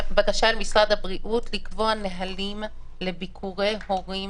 בקשה אל משרד הבריאות לקבוע נהלים לביקורי הורים